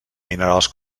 minerals